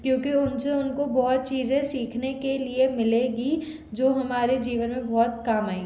क्योंकि उन से उनको बहुत चीज़े सीखने के लिए मिलेगी जो हमारे जीवन में बहुत काम आई